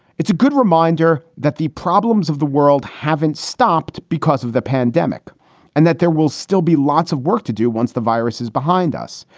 it's a good reminder that the problems of the world haven't stopped because of the pandemic and that there will still be lots of work to do once the virus is behind us.